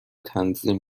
تنظیم